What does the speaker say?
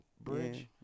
Bridge